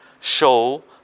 show